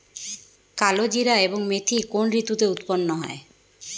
কালোজিরা এবং মেথি কোন ঋতুতে উৎপন্ন হয়?